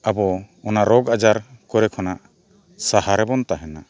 ᱟᱵᱚ ᱚᱱᱟ ᱨᱳᱜᱽᱼᱟᱡᱟᱨ ᱠᱚᱨᱮ ᱠᱷᱚᱱᱟᱜ ᱥᱟᱦᱟᱨᱮ ᱵᱚᱱ ᱛᱟᱦᱮᱱᱟ